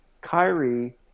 Kyrie